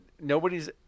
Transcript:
Nobody's